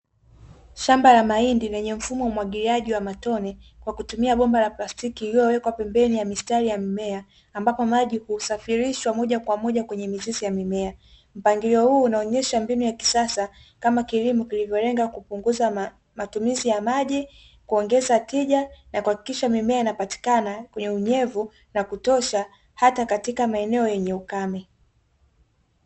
Shamba la mahindi lenye mfumo wa umwagiliaji wa matone, kwa kutumia bomba la plastiki iliyowekwa pembeni ya mistari ya mimea, ambapo maji usafirishwa moja kwa moja kwenye mizizi ya mimea. Mpangilio huu unaonyesha mbinu ya kisasa kama kilimo kilivyolenga kupunguza matumizi ya maji, kuongeza tija na kuhakikisha mimea inapatikana kwenye unyevu na kutosha hata katika maeneo yenye ukame.